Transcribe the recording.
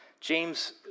James